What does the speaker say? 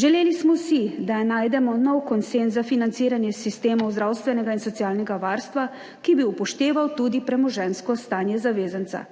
Želeli smo si, da najdemo nov konsenz za financiranje sistemov zdravstvenega in socialnega varstva, ki bi upošteval tudi premoženjsko stanje zavezanca.